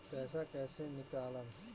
पैसा कैसे निकालम?